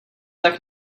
tak